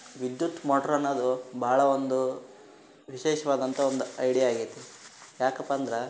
ವಿದ್ಯುತ್ ಮೋಟ್ರ್ ಅನ್ನೋದು ಭಾಳ ಒಂದು ವಿಶೇಷವಾದಂತ ಒಂದು ಐಡಿಯ ಆಗೈತೆ ಯಾಕಪ್ಪ ಅಂದ್ರೆ